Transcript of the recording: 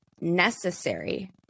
necessary